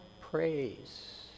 praise